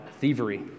thievery